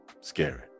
scary